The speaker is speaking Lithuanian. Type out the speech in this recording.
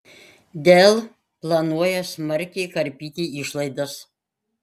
dell planuoja smarkiai karpyti išlaidas